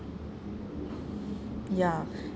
ya